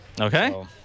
Okay